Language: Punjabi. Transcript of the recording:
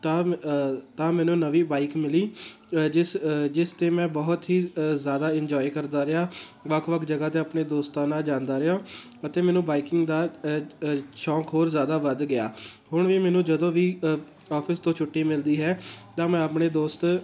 ਤਾਂ ਤਾਂ ਮੈਨੂੰ ਨਵੀਂ ਬਾਈਕ ਮਿਲੀ ਜਿਸ ਜਿਸ 'ਤੇ ਮੈਂ ਬਹੁਤ ਹੀ ਜ਼ਿਆਦਾ ਇੰਜੋਏ ਕਰਦਾ ਰਿਹਾ ਵੱਖ ਵੱਖ ਜਗ੍ਹਾ 'ਤੇ ਆਪਣੇ ਦੋਸਤਾਂ ਨਾਲ ਜਾਂਦਾ ਰਿਹਾ ਅਤੇ ਮੈਨੂੰ ਬਾਈਕਿੰਗ ਦਾ ਸ਼ੌਂਕ ਹੋਰ ਜ਼ਿਆਦਾ ਵੱਧ ਗਿਆ ਹੁਣ ਵੀ ਮੈਨੂੰ ਜਦੋਂ ਵੀ ਆਫਿਸ ਤੋਂ ਛੁੱਟੀ ਮਿਲਦੀ ਹੈ ਤਾਂ ਮੈਂ ਆਪਣੇ ਦੋਸਤ